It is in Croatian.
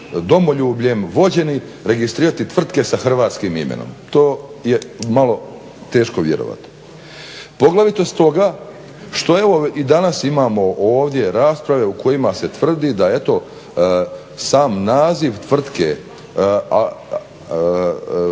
domoljubljem vođeni registrirati tvrtke sa hrvatskim imenom. To je malo teško vjerovati. Poglavito stoga što evo i danas imamo ovdje rasprave u kojima se tvrdi da eto sam naziv tvrtke